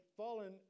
fallen